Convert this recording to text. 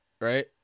Right